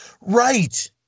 Right